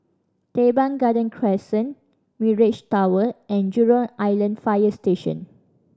Teban Garden Crescent Mirage Tower and Jurong Island Fire Station